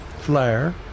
Flare